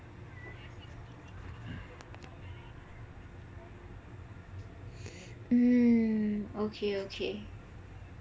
mm okay okay